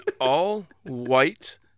all-white